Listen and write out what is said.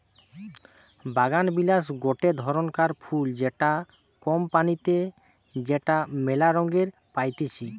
বাগানবিলাস গটে ধরণকার ফুল যেটা কম পানিতে যেটা মেলা রঙে পাইতিছি